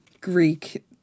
Greek